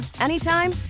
anytime